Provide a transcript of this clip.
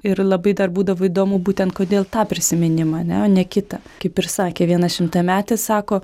ir labai dar būdavo įdomu būtent kodėl tą prisiminimą ane o ne kitą kaip ir sakė viena šimtametė sako